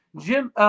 Jim